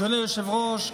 אדוני היושב-ראש,